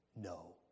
no